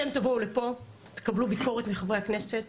אתם תבואו לפה, תקבלו ביקורת מחברי הכנסת